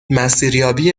مسیریابی